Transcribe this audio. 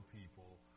people